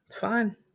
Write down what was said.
fine